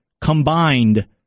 combined